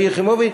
שלי יחימוביץ,